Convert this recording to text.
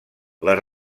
les